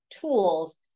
tools